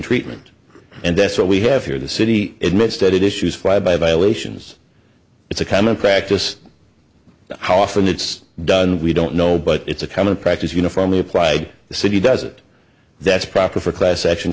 treatment and that's what we have here the city admits that it issues flyby violations it's a common practice how often it's done we don't know but it's a common practice uniformly applied the city does it that's proper for class action